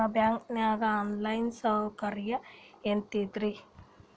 ನಿಮ್ಮ ಬ್ಯಾಂಕನಾಗ online ಸೌಕರ್ಯ ಐತೇನ್ರಿ?